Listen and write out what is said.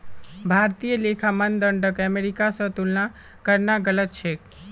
भारतीय लेखा मानदंडक अमेरिका स तुलना करना गलत छेक